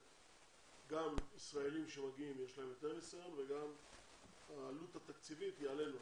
גם ישראלים שמגיעים יש להם יותר ניסיון וגם העלות התקציבית היא עלינו,